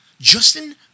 Justin